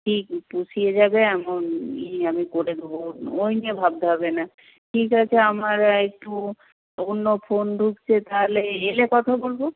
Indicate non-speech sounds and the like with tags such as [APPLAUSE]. ঠিক পুষিয়ে যাবে এমন ইয়ে আমি করে দেবো ওই নিয়ে ভাবতে হবে না ঠিক আছে আমার [UNINTELLIGIBLE] একটু অন্য ফোন ঢুকছে তাহলে এলে কথা বলবো